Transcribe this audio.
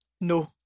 No